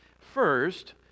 First